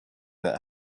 that